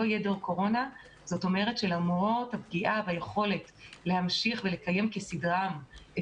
זאת אומרת שלמרות הפגיעה ביכולת לקיים לימודים כסדרם,